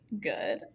good